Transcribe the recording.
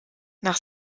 nach